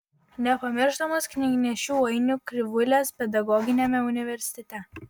nepamirštamos knygnešių ainių krivulės pedagoginiame universitete